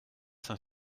cinq